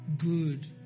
good